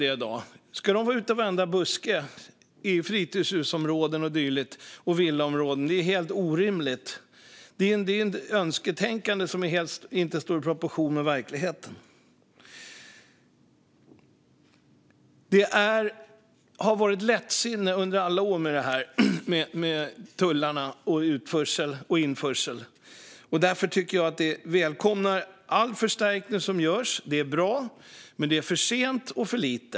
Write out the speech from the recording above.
Det är helt orimligt att de ska vara ute i varenda buske i fritidshusområden och villaområden. Det är ett önsketänkande som inte står i proportion till verkligheten. Det har rått lättsinne under många år vad gäller tullen, utförsel och införsel. Därför välkomnar jag all förstärkning som görs, men det är för sent och för lite.